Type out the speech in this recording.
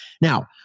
Now